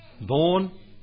born